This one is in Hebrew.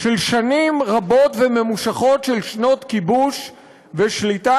של שנים רבות וממושכות של כיבוש ושליטה